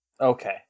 Okay